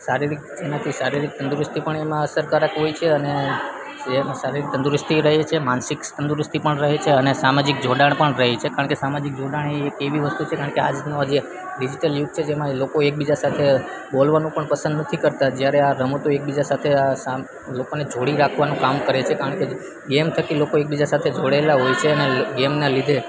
શારીરિક તંદુરસ્તી પણ એમાં અસરકારક હોય છે અને જેમ શારીરિક તંદુરસ્તી રહે છે માનસિક તંદુરસ્તી પણ રહે છે અને સામાજિક જોડાણ પણ રહે છે કારણ કે સામાજિક જોડાણ એ એક એવી વસ્તુ છે કારણ કે આજનું આ જે ડિજિટલ યુગ છે જેમાં લોકો એકબીજા સાથે બોલવાનું પણ પસંદ નથી કરતા જ્યારે આ રમતો એકબીજા સાથે સા લોકોને જોડી રાખવાનું કામ કરે છે કારણ કે ગેમ થકી લોકો એકબીજા સાથે જોડાયેલા હોય છે અને ગેમના લીધે